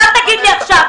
אז אל תגיד עכשיו.